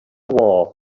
war